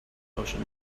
ocean